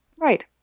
Right